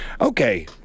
Okay